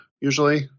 usually